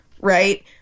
right